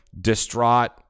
distraught